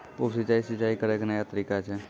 उप सिंचाई, सिंचाई करै के नया तरीका छै